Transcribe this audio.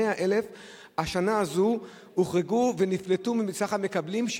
100,000 השנה הזאת הוחרגו ונפלטו מסך המקבלים.